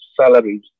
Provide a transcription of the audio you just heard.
salaries